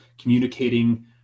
communicating